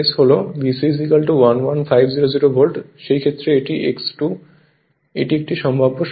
এখন আরেকটি কেস হল BC 11500 ভোল্ট সেই ক্ষেত্রে এটি X2 এটি একটি সম্ভাব্য সংযোগ